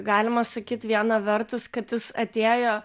galima sakyt vieną vertus kad jis atėjo